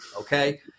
Okay